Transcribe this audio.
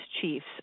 chiefs